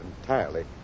entirely